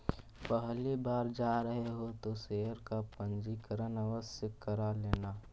पहली बार जा रहे हो तो शेयर का पंजीकरण आवश्य करा लेना